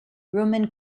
roman